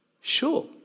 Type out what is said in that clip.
Sure